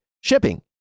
shipping